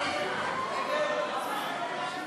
להסיר מסדר-היום